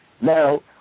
Now